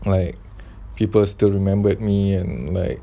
like people still remembered me and like